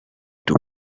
two